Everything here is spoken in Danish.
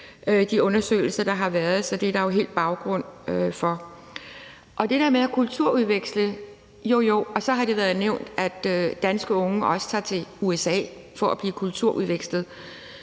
de undersøgelser, der har været, så det er der jo helt baggrund for at sige. Til det der med at kulturudveksle vil jeg sige jo jo, og så har det været nævnt, at danske unge også tager til USA for at få kulturudvekslet,